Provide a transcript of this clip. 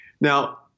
Now